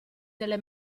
delle